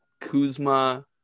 Kuzma